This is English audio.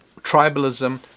tribalism